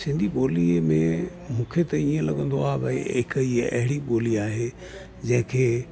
सिंधी ॿोलीअ में मूंखे त ईअं लॻंदो आहे भाई हिकु हीअ अहिड़ी ॿोली आहे जंहिंखे